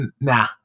nah